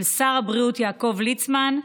של שר הבריאות יעקב ליצמן,